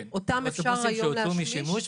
דווקא אותם אפשר היום להשמיש.